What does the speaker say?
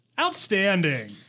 Outstanding